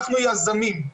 אנחנו יזמים,